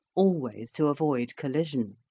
always to avoid collision!